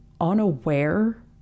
unaware